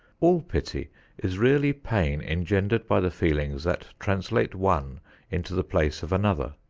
all pity is really pain engendered by the feelings that translate one into the place of another.